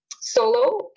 solo